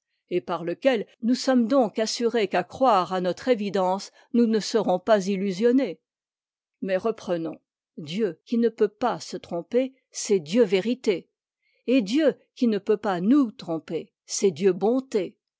et par lequel nous sommes donc assurés qu'à croire à notre évidence nous ne serons pas illusionnés mais reprenons dieu qui ne peut pas se tromper c'est dieu vérité et dieu qui ne peut pas nous tromper c'est dieu bonté